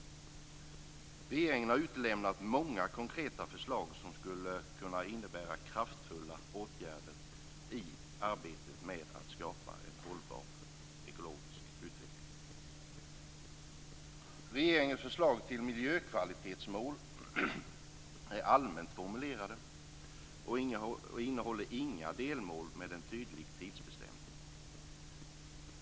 Regeringen har utelämnat många konkreta förslag som skulle kunna innebära kraftfulla åtgärder i arbetet med att skapa en hållbar ekologisk utveckling. Regeringens förslag till miljökvalitetsmål är allmänt formulerade och innehåller inga delmål med en tydlig tidsbestämning.